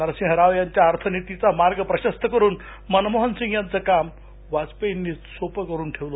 नरसिंह राव यांच्या अर्थनीतीचा मार्ग प्रशस्त करून मनमोहनसिंग यांचं काम वाजपेयी यांनी सोपं करून ठेवलं